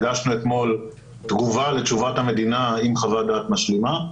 הגשנו אתמול תגובה לתשובת המדינה עם חוות דעת משלימה.